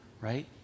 right